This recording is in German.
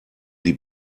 die